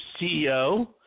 CEO